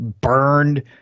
burned